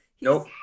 Nope